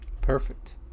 perfect